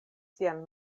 sian